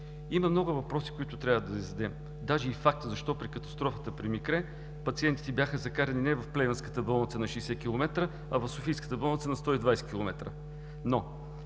Има много въпроси, които трябва да зададем. Даже и факта, защо при катастрофата при Микре, пациентите бяха закарани не в Плевенската болница на 60 км, а в Софийската болница на 120 км. Ние